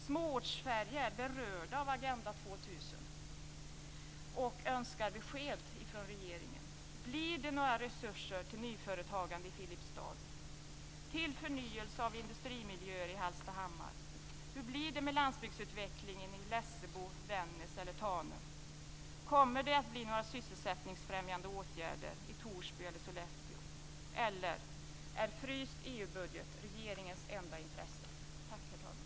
Småortssverige är berörd av Agenda 2000 och önskar besked från regeringen. Blir det några resurser till nyföretagande i Filipstad, till förnyelse av industrimiljöer i Hallstahammar? Hur blir det med landsbygdsutvecklingen i Lessebo, Vännäs eller Tanum? Kommer det att vidtas några sysselsättningsfrämjande åtgärder i Torsby eller Sollefteå? Eller är en fryst EU budget regeringens enda intresse?